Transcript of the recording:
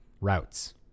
Routes